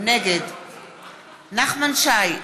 נגד נחמן שי,